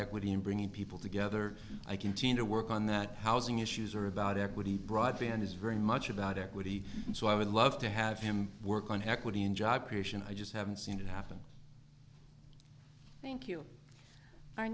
equity in bringing people together i continue to work on that housing issues are about equity broadband is very much about equity and so i would love to have him work on equity and job creation i just haven't seen it happen thank you